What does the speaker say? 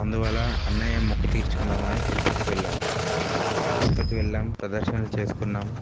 అందువల్ల అన్నయ్య మొక్కు తీర్చుకుందామని తిరుపతికి వెళ్ళాము తిరుపతి వెళ్ళాము ప్రదర్శనలు చేసుకున్నాము